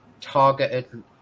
targeted